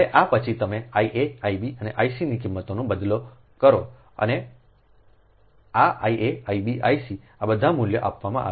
હવે આ પછી તમે I a I b અને I c ની કિંમતોનો બદલો કરો આ I a I b I c આ બધા મૂલ્યો આપવામાં આવે છે